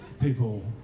people